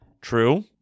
true